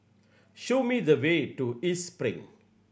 show me the way to East Spring